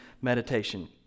meditation